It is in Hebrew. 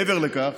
מעבר לכך,